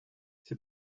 c’est